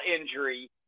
injury –